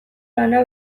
lana